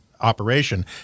operation